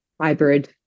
hybrid